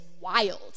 wild